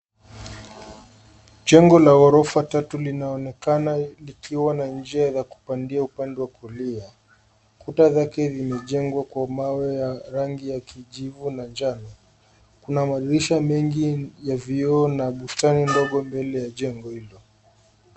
Jengo la ghorofa tatu linaonekana likiwa na njia ya kupandia upande wa kulia. Kuta zake zimejengwa kwa mawe ya rangi ya kijivu na njano. Kuna madirisha mengi ya vioo na bustani ndogo mbele ya jengo hilo.